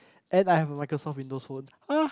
and I have a Microsoft Windows Phone !huh!